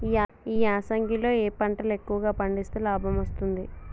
ఈ యాసంగి లో ఏ పంటలు ఎక్కువగా పండిస్తే లాభం వస్తుంది?